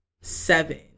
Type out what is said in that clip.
seven